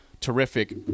terrific